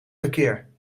verkeer